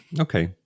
Okay